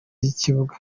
y’ikibuga